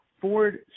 Ford